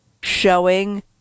showing